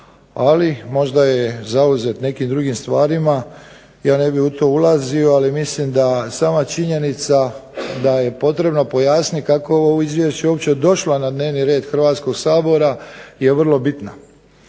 ali možda je zauzet nekim drugim stvarima. Ja ne bih u to ulazio ali mislim da sama činjenica da je potrebno pojasniti kao ovo izvješće uopće došla na dnevni red HRvatskog sabora je vrlo bitna.